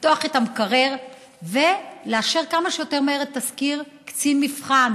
לפתוח את המקרר ולאשר כמה שיותר מהר תסקיר קצין מבחן.